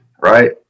right